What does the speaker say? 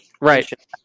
Right